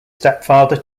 stepfather